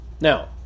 now